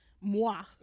moi